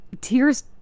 tears